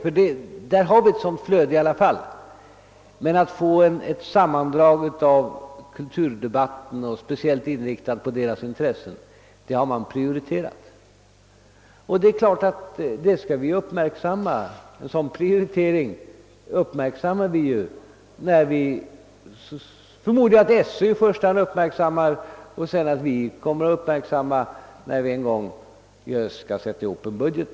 Man har sålunda prioriterat önskemålet om en tidskrift som kan ge ett sammandrag av kulturdebatten speciellt inriktad på de blindas intressen. Jag förmodar att i första hand skolöverstyrelsen uppmärksammar detta önskemål, och sedan får vi göra det när vi skall sätta ihop en budget.